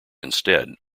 instead